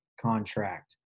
contract